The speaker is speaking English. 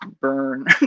burn